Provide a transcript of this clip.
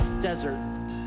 desert